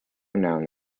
known